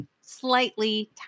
slightly